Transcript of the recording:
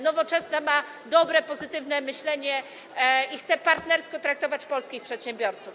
Nowoczesna ma dobre, pozytywne myślenie i chce partnersko traktować polskich przedsiębiorców.